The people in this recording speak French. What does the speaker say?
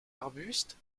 arbustes